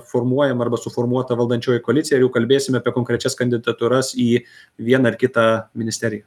formuojama arba suformuota valdančioji koalicija ir jau kalbėsim apie konkrečias kandidatūras į vieną ar kitą ministeriją